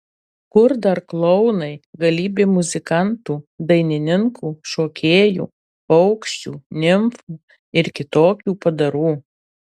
kur dar klounai galybė muzikantų dainininkų šokėjų paukščių nimfų ir kitokių padarų